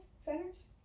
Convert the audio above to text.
centers